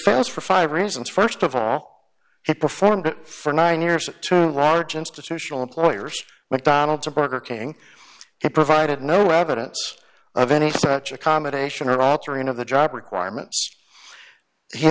fails for five reasons st of all it performed for nine years to large institutional employers mcdonald's or burger king it provided no evidence of any such accommodation or altering of the job requirements he